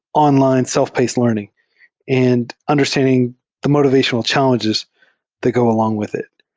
online, self-paced learn ing and understanding the motivational challenges that go along with it.